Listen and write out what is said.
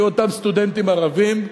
היו אותם סטודנטים ערבים,